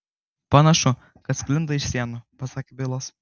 panašu kad sklinda iš sienų pasakė bilas